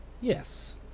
yes